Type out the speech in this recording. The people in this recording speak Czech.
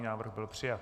Návrh byl přijat.